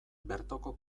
bertoko